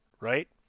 right